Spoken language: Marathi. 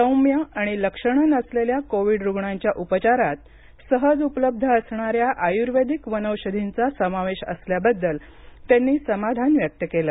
सौम्य आणि लक्षणं नसलेल्या कोविड रुग्णांच्या उपचारात सहज उपलब्ध असणाऱ्या आय्र्वेदिक वनौषधींचा समावेश असल्याबद्दल त्यांनी समाधान व्यक्त केलं